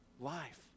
Life